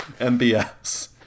MBS